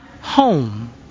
home